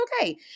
okay